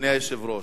אדוני היושב-ראש.